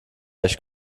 ich